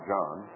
John